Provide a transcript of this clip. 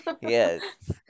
Yes